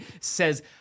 says